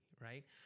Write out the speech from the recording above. right